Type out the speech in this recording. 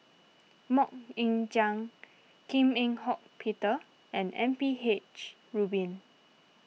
Mok Ying Jang Kim Eng Hock Peter and M P H Rubin